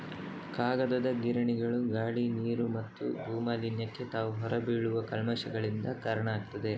ಕಾಗದದ ಗಿರಣಿಗಳು ಗಾಳಿ, ನೀರು ಮತ್ತು ಭೂ ಮಾಲಿನ್ಯಕ್ಕೆ ತಾವು ಹೊರ ಬಿಡುವ ಕಲ್ಮಶಗಳಿಂದ ಕಾರಣ ಆಗ್ತವೆ